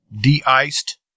de-iced